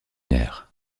nerf